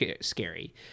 scary